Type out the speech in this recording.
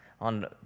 on